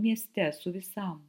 mieste su visam